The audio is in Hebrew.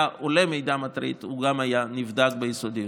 עולה מידע מטריד הוא גם היה נבדק ביסודיות.